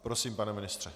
Prosím, pane ministře.